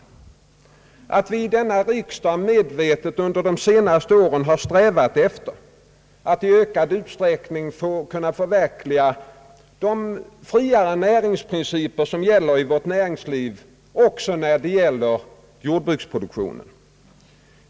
Man bör också tänka på att vi i denna riksdag under de senaste åren medvetet strävat efter att i ökad utsträckning kunna förverkliga de fria näringsprinciper som gäller i vårt näringsliv också när det gäller jordbruksproduktionen.